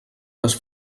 les